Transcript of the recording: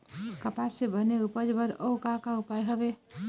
कपास के बने उपज बर अउ का का उपाय हवे?